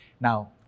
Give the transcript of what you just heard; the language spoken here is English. Now